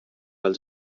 als